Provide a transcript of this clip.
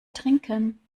trinken